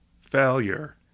failure